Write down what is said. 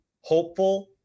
hopeful